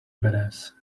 badass